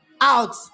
out